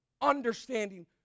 understanding